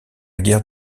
guerre